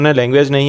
language